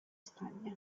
spagna